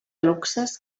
luxes